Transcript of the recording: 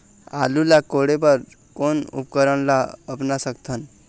आलू ला कोड़े बर कोन उपकरण ला अपना सकथन?